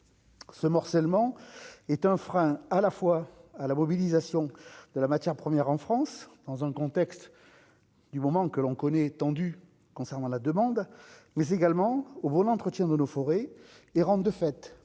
Ce morcellement est un frein à la fois à la mobilisation de la matière première en France, dans un contexte, du moment que l'on connaît, concernant la demande, mais également au bon entretien de nos forêts, les rampes de fait